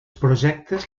projectes